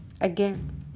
again